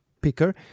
Picker